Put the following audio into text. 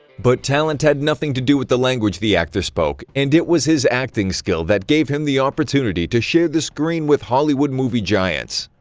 but talent had nothing to do with the language the actor spoke and it were his acting skills that gave him the opportunity to share the screen with hollywood movie giants.